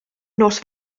nos